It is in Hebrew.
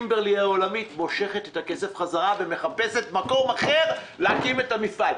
קימברלי העולמית תמשוך את הכסף בחזרה ותחפש מקום אחר להקים את המפעל.